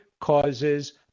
causes